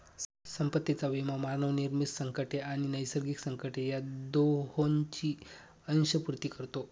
संपत्तीचा विमा मानवनिर्मित संकटे आणि नैसर्गिक संकटे या दोहोंची अंशपूर्ती करतो